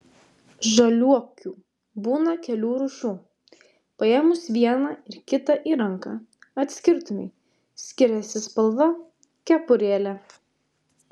žaliuokių būna kelių rūšių paėmus vieną ir kitą į ranką atskirtumei skiriasi spalva kepurėlė